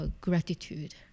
Gratitude